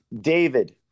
David